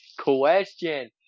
question